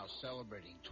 celebrating